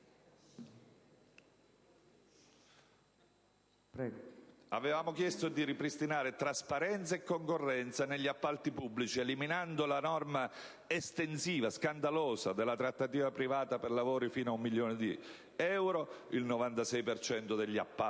Avevamo chiesto di ripristinare trasparenza e concorrenza negli appalti pubblici eliminando la norma estensiva (e scandalosa) della trattativa privata per lavori fino a 1 milione di euro (il 96 per cento